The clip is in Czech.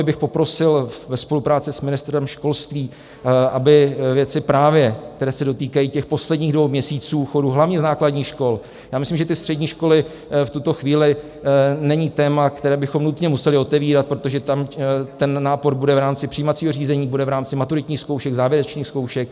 Velmi bych poprosil ve spolupráci s ministrem školství, aby právě věci, které se dotýkají těch posledních dvou měsíců chodu hlavně základních škol já myslím, že střední školy v tuto chvíli nejsou téma, které bychom nutně museli otevírat, protože tam ten nápor bude v rámci přijímacího řízení, bude v rámci maturitních zkoušek, závěrečných zkoušek.